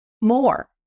more